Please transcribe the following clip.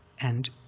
and